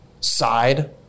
side